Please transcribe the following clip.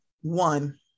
One